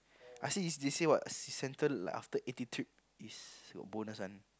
I see is they see what c~ central like after eighty trip is got bonus one